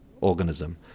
organism